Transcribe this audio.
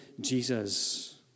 Jesus